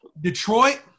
Detroit